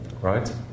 Right